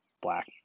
black